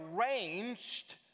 arranged